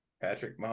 Patrick